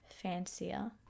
fancier